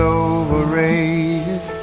overrated